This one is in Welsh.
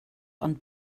ond